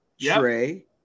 Trey